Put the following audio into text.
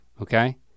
Okay